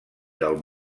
del